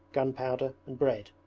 gunpowder, and bread,